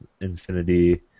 Infinity